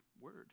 word